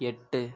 எட்டு